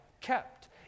kept